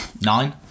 nine